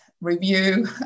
review